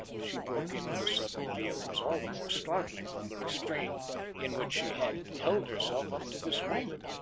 she broke in with sudden vehemence, all the more startling from the restraint in which she had held herself up to this moment,